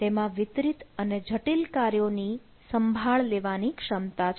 તેમાં વિતરિત અને જટિલ કાર્યો ની સંભાળ લેવાની ક્ષમતા છે